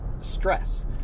stress